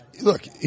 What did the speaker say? Look